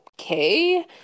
okay